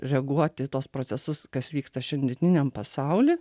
reaguoti į tuos procesus kas vyksta šiandieniniam pasauly